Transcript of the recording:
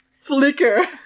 flicker